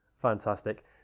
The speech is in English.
Fantastic